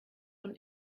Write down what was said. von